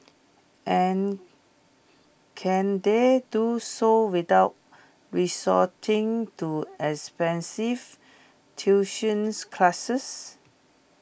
and can they do so without resorting to expensive tuitions classes